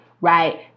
Right